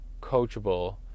coachable